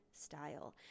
style